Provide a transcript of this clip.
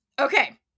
okay